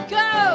go